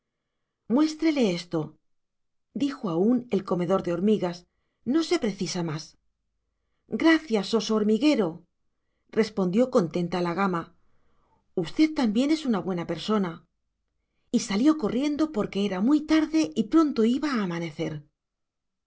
muéstrele esto dijo aún el comedor de hormigas no se precisa más gracias oso hormiguero respondió contenta la gama usted también es una buena persona y salió corriendo porque era muy tarde y pronto iba a amanecer